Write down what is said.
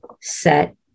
set